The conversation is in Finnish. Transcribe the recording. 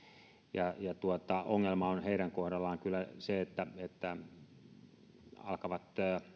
ja ongelma on heidän kohdallaan kyllä se että monet metsästysseurojen jäsenet alkavat